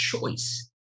choice